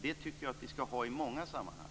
Det tycker jag att vi skall ha i många sammanhang.